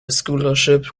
scholarship